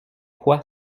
quoi